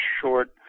short